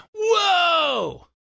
Whoa